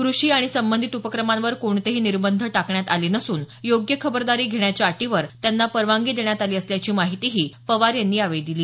कृषी आणि संबंधित उपक्रमांवर कोणतेही निर्बंध टाकण्यात आले नसून योग्य खबरदारी घेण्याच्या अटीवर त्यांना परवानगी देण्यात आली असल्याची माहितीही पवार यांनी यावेळी दिली